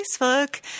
Facebook